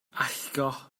allgo